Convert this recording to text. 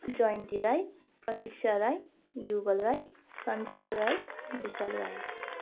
Jayanti Rai Pratiksha Rai Yugal Rai Sanjita Rai Vishal Rai